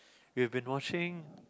we've been watching